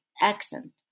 accent